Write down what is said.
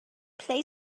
play